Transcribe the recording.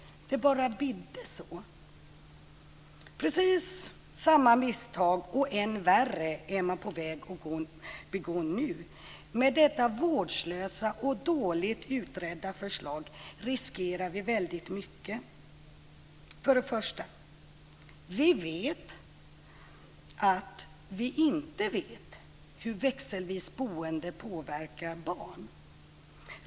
Det bara bidde så. Precis samma misstag och än värre är man på väg att begå nu. Med detta vårdslösa och dåligt utredda förslag riskerar vi väldigt mycket. För det första: Vi vet att vi inte vet hur växelvis boende påverkar barn.